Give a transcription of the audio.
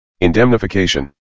Indemnification